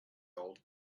old